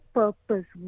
purpose